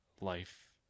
life